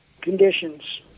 conditions